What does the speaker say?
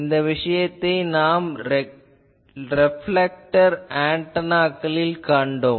இந்த விஷயத்தை நாம் ரெப்லெக்டர் ஆன்டெனாக்களில் கண்டோம்